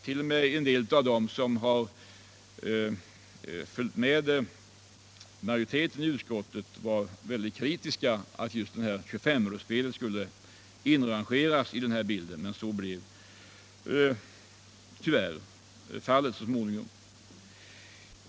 T. o. m. en del av dem som kom att tillhöra majoriteten i utskottet var mycket kritiska mot att 25-öresspelet skulle inrangeras i bilden, men det blev tyvärr fallet så småningom.